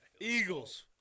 Eagles